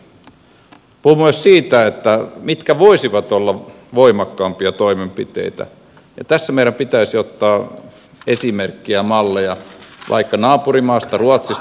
puhun myös siitä mitkä voisivat olla voimakkaampia toimenpiteitä ja tässä meidän pitäisi ottaa esimerkkiä malleja vaikka naapurimaastamme ruotsista